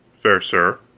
fair sir.